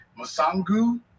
Masangu